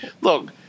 look